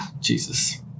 Jesus